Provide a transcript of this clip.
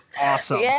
awesome